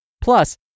Plus